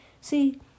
See